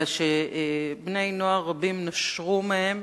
אלא שבני-נוער רבים נשרו מהם